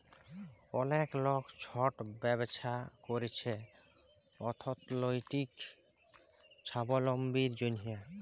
অলেক লক ছট ব্যবছা ক্যইরছে অথ্থলৈতিক ছাবলম্বীর জ্যনহে